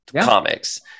comics